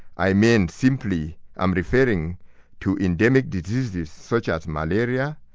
i mean simply i'm referring to endemic diseases such as malaria,